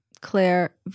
Claire